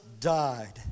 died